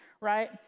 right